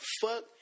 fuck